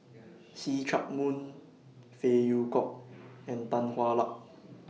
See Chak Mun Phey Yew Kok and Tan Hwa Luck